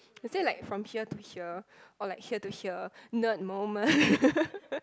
is it from like here to here or like here to here nerd moment